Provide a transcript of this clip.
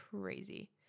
crazy